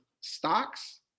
stocks